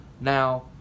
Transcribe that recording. Now